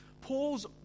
Paul's